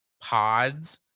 pods